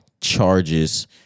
charges